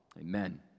Amen